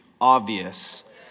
obvious